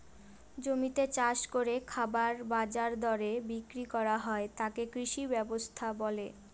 জমিতে চাষ করে খাবার বাজার দরে বিক্রি করা হয় তাকে কৃষি ব্যবস্থা বলে